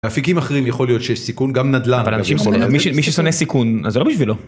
באפיקים אחרים יכול להיות שיש סיכון, גם נדלן... מי ששונא סיכון אז לא בשבילו.